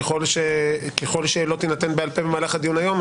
ככל שהיא לא תינתן בעל פה במהלך הדיון היום,